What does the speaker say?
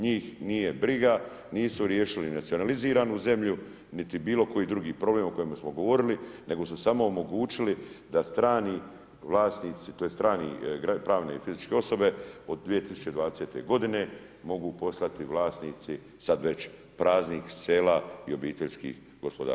Njih nije briga, nisu riješili nacionaliziranu zemlju, niti bilo koji drugi problem o kojem smo govorili, nego smo samo omogućili da strani vlasnici, tj. strani, pravne i fizičke osobe od 2020. godine mogu postati vlasnici sad već praznih sela i obiteljskih gospodarstava.